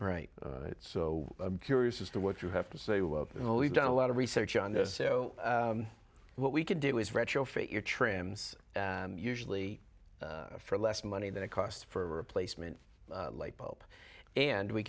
right so i'm curious as to what you have to say well you know we've done a lot of research on this so what we can do is retrofit your trams usually for less money than it costs for a replacement lightbulb and we